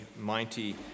Mighty